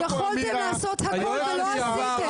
יכולתם לעשות הכול ולא עשיתם.